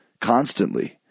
constantly